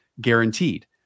guaranteed